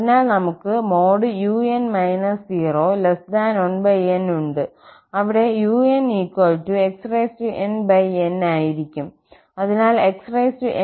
അതിനാൽ നമുക്ക് un 01nഉണ്ട് അവിടെunxnn ആയിരിക്കും അതിനാൽ xnn